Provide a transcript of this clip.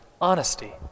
honesty